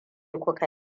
kuka